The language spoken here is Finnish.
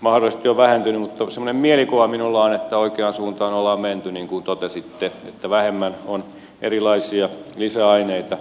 mahdollisesti on vähentynyt mutta semmoinen mielikuva minulla on että oikeaan suuntaan ollaan menty niin kuin totesitte että vähemmän on erilaisia lisäaineita